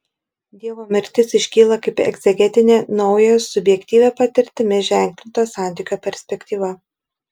dievo mirtis iškyla kaip egzegetinė naujojo subjektyvia patirtimi ženklinto santykio perspektyva